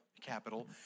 capital